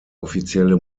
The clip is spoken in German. offizielle